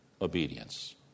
obedience